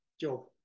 job